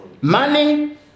Money